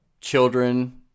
Children